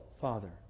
Father